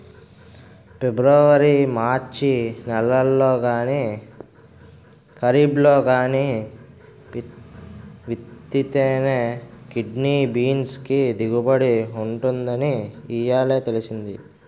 February March నెలల్లో గానీ, కరీబ్లో గానీ విత్తితేనే కిడ్నీ బీన్స్ కి దిగుబడి ఉంటుందని ఇయ్యాలే తెలిసింది